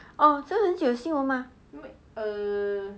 oh 这个很久的新闻吗